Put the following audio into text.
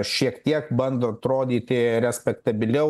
šiek tiek bando atrodyti respektabiliau